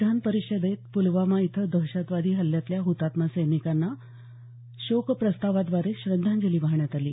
विधान परिषदेत प्लवामा इथं दहशतवादी हल्ल्यातल्या हुतात्मा सैनिकांना दोन्ही सदनात शोकप्रस्तावाद्वारे श्रद्धांजली वाहण्यात आली